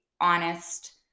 honest